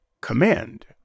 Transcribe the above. command